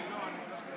אני מבקש